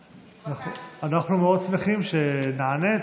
אבל אנחנו מאוד שמחים שנענית,